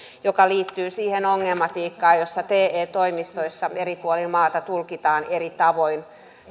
joka liittyy siihen ongelmatiikkaan jossa te toimistoissa eri puolilla maata tulkitaan eri tavoin